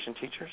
teachers